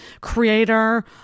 creator